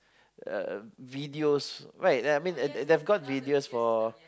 uh videos right I mean they they got videos for